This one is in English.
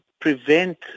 prevent